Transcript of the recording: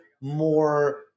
more